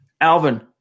Alvin